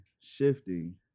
shifting